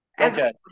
Okay